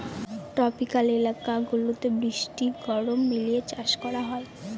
tropical এলাকা গুলাতে বৃষ্টি গরম মিলিয়ে চাষ করা হয়